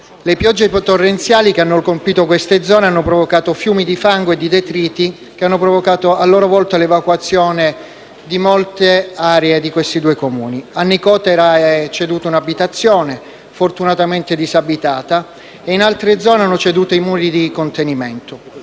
Le piogge torrenziali che hanno colpito queste zone hanno provocato fiumi di fango e detriti che, a loro volta, hanno provocato l'evacuazione di molte aree di questi due Comuni. A Nicotera è ceduta un'abitazione, fortunatamente disabitata, e in altre zone hanno ceduto i muri di contenimento.